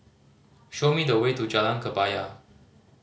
show me the way to Jalan Kebaya